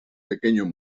pequeño